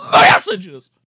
messages